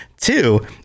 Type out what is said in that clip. Two